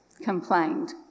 complained